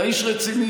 עכשיו יש הזדמנות.